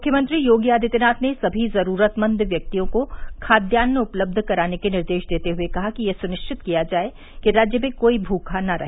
मुख्यमंत्री योगी आदित्यनाथ ने सभी जरूरतमंद व्यक्तियों को खाद्यान्न उपलब्ध कराने के निर्देश देते हुए कहा कि यह सुनिश्चित किया जाए कि राज्य में कोई भूखा न रहे